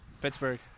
Pittsburgh